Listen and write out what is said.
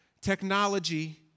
technology